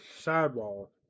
sidewall